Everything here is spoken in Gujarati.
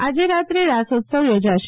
આજે રાત્રે રાસોસત્વ યોજાશે